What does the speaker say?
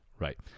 Right